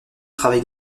travail